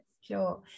Sure